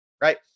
right